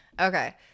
Okay